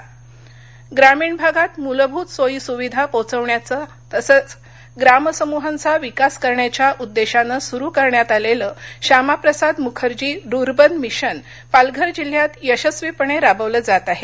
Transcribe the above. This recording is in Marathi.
रुर्बन मिशन ग्रामीण भागात मूलभूत सोईसुविधा पोहचवण्याच्या तसचं ग्राम समुहांचा विकास करण्याच्या उद्देशानं सुरु करण्यात आलेलं श्यामा प्रसाद मुखर्जी रुर्बन मिशन पालघर जिल्ह्यात यशस्वीपणे राबवलं जात आहे